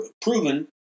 proven